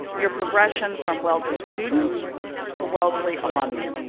your progression from wellesley students to wellesley alumnae.